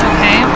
Okay